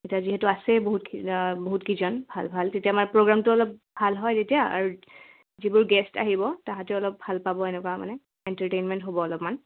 এতিয়া যিহেতু আছেই বহুত বহুতকেইজন ভাল ভাল তেতিয়া আমাৰ প্ৰগ্ৰেমটো অলপ ভাল হয় তেতিয়া আৰু যিবোৰ গেষ্ট আহিব তাহাঁঁতে অলপ ভাল পাব এনেকুৱা মানে এণ্টাৰটেইনমেণ্ট হ'ব অলপমান